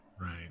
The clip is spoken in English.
Right